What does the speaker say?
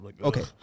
Okay